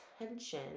attention